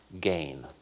gain